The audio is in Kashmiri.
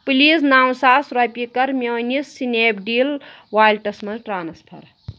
پٕلیٖز نو ساس رۄپیہِ کر میٲنِس سٕنیپ ڈیٖل والٹس مَنٛز ٹرانسفر